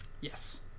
Yes